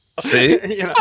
See